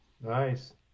Nice